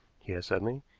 he asked suddenly.